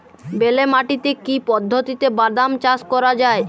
বেলে মাটিতে কি পদ্ধতিতে বাদাম চাষ করা যায়?